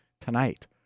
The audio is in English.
tonight